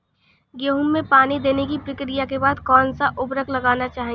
गेहूँ में पानी देने की प्रक्रिया के बाद कौन सा उर्वरक लगाना चाहिए?